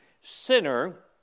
sinner